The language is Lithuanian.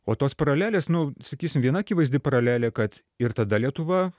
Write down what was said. o tos paralelės nu sakysim viena akivaizdi paralelė kad ir tada lietuva